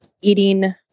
eating